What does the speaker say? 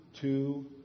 two